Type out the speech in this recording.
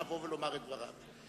לבוא ולומר את דבריו.